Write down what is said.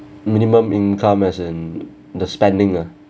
minimum income as in the spending ah